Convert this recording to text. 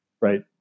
right